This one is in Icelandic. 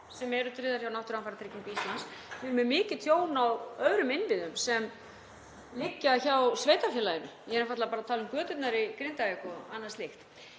sem eru tryggðar hjá Náttúruhamfaratryggingu Íslands. Við erum með mikið tjón á öðrum innviðum sem liggja hjá sveitarfélaginu. Ég er einfaldlega bara að tala um göturnar í Grindavík og annað slíkt.